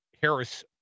Harris